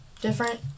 Different